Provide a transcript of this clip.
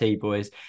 boys